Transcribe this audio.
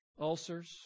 ulcers